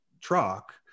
truck